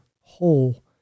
whole